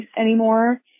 anymore